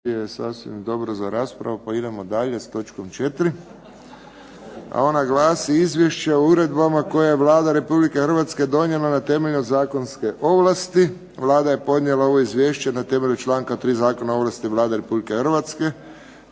je sasvim dobro za raspravu, pa idemo dalje s točkom 4. a ona glasi: - Izvješće o uredbama koje je Vlada Republike Hrvatske donijela na temelju zakonske ovlasti Vlada je podnijela ovo izvješće na temelju članka 3. Zakona o ovlasti Vlada Republike Hrvatske